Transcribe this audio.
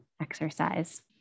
exercise